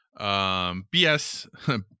BS